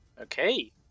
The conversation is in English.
Okay